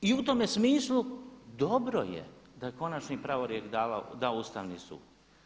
I u tome smislu dobro je da je konačni pravorijek dao Ustavni sud.